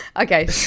Okay